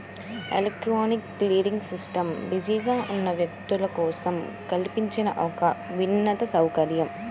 electronic clearing system బిజీగా ఉన్న వ్యక్తుల కోసం కల్పించిన ఒక వినూత్న సౌకర్యం